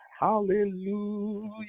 Hallelujah